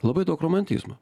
labai daug romantizmo